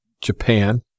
Japan